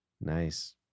Nice